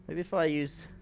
maybe if i use.